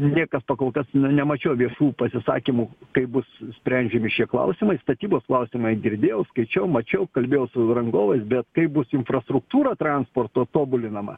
niekas pakolkas na nemačiau viešų pasisakymų kaip bus sprendžiami šie klausimai statybos klausimai girdėjau skaičiau mačiau kalbėjau su rangovais bet kaip bus infrastruktūra transporto tobulinama